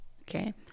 okay